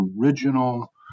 original